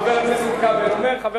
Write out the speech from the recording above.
חבר הכנסת שטרית,